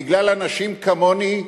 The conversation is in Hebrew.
בגלל אנשים כמוני,